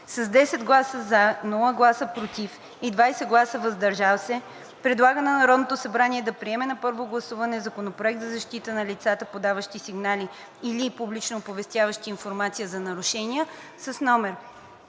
с 10 гласа „за“, без „против“ и 2 гласа „въздържал се“, предлага на Народното събрание да приеме на първо гласуване Законопроект за защита на лицата, подаващи сигнали или публично оповестяващи информация за нарушения, №